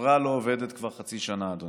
החברה לא עובדת כבר חצי שנה, אדוני.